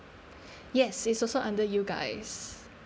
yes it's also under you guys